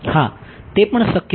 હા તે પણ શક્ય છે